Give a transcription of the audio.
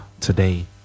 today